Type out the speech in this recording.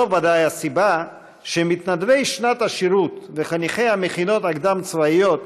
זו ודאי הסיבה לכך שמתנדבי שנת השירות וחניכי המכינות הקדם-צבאיות